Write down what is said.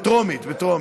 בטרומית, בטרומית.